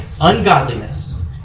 ungodliness